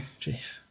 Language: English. Jeez